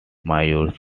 mayors